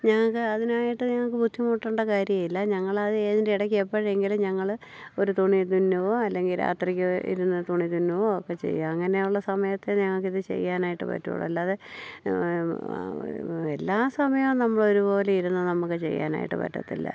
ഞങ്ങൾക്ക് അതിനായിട്ട് ഞങ്ങൾക്ക് ബുദ്ധിമുട്ടേണ്ട കാര്യമില്ല ഞങ്ങൾ അത് ഏജൻ് ഇടയ്ക്ക് എപ്പോഴെങ്കിലും ഞങ്ങൾ ഒരു തുണി തുന്നുവോ അല്ലെങ്കിൽ രാത്രിക്ക് ഇരുന്ന് തുണി തുന്നുവോ ഒക്കെ ചെയ്യുക അങ്ങനെയുള്ള സമയത്ത് ഞങ്ങൾക്ക് ഇത് ചെയ്യാനായിട്ട് പറ്റുള്ളൂ അല്ലാതെ എല്ലാ സമയവും നമ്മൾ ഒരുപോലെ ഇരുന്ന് നമുക്ക് ചെയ്യാനായിട്ട് പറ്റത്തില്ല